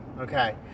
Okay